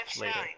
later